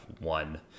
one